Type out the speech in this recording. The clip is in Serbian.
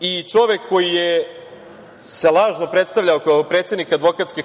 i čovek koji se lažno predstavljao kao predsednik Advokatske